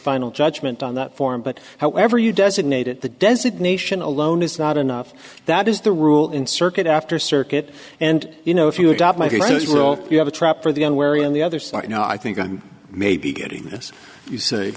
final judgment on that form but however you designated the designation alone is not enough that is the rule in circuit after circuit and you know if you adopt microsoft you have a trap for the unwary on the other side you know i think i'm maybe getting this you say